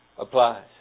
applies